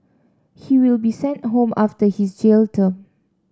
he will be sent home after his jail term